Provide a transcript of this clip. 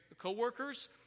co-workers